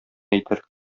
әйтер